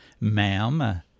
ma'am